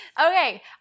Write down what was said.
Okay